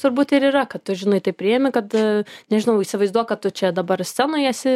turbūt ir yra kad tu žinai tai priimi kad nežinau įsivaizduok kad tu čia dabar scenoj esi